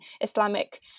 islamic